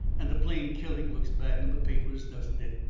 and a plain killing looks bad in the papers, doesn't it?